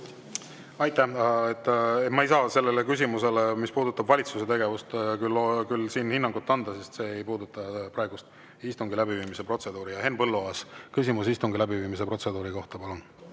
Aitäh! Ma ei saa sellele, mis puudutab valitsuse tegevust, küll siin hinnangut anda, sest see ei puuduta praegust istungi läbiviimise protseduuri. Henn Põlluaas, küsimus istungi läbiviimise protseduuri kohta, palun!